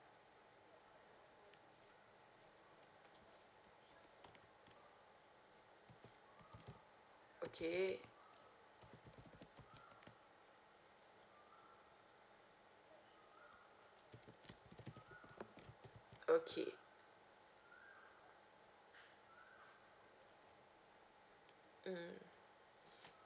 okay okay mm